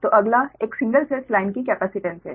तो आगला एक सिंगल फेज लाइन की कैपेसिटेंस है